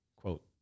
quote